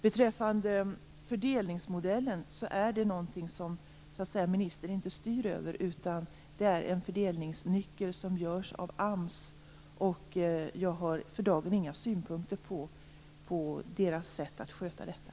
Beträffande fördelningsmodellen är det något som ministern inte styr över. Det är en fördelningsnyckel som görs av AMS, och jag har för dagen inga synpunkter på deras sätt att sköta detta.